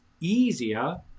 easier